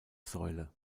säule